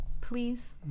Please